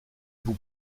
vous